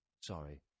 Sorry